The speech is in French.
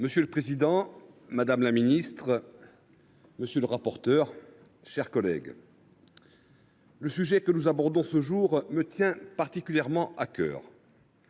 Monsieur le président, madame la ministre, mes chers collègues, le sujet que nous abordons ce jour me tient particulièrement à cœur.